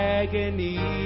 agony